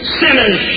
sinners